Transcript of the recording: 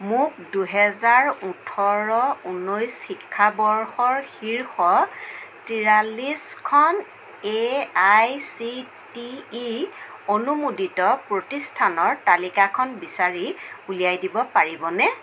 মোক দুহেজাৰ ওঠৰ ঊনৈছ শিক্ষাবৰ্ষৰ শীৰ্ষ তিৰাল্লিছখন A I C T E অনুমোদিত প্ৰতিষ্ঠানৰ তালিকাখন বিচাৰি উলিয়াই দিব পাৰিবনে